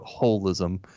holism